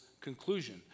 conclusion